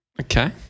Okay